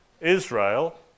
Israel